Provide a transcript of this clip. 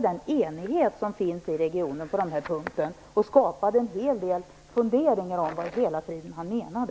den enighet som finns i regionen på den här punkten och skapade en hel del funderingar om vad i hela friden han menade.